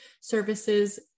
services